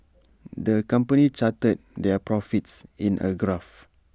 the company charted their profits in A graph